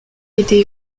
été